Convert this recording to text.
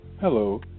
Hello